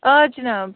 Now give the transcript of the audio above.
آ جناب